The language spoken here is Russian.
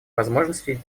возможностей